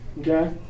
okay